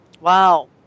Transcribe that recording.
Wow